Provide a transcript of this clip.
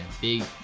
big